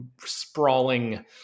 sprawling